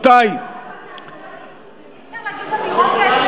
אי-אפשר להגיד